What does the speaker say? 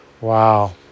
Wow